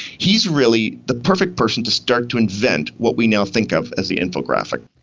he is really the perfect person to start to invent what we now think of as the infographic.